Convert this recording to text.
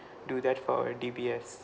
do that for D_B_S